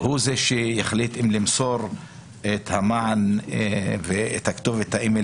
הוא זה שיחליט אם למסור את המען הדיגיטלי שלו ואת כתובת האימייל